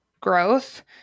growth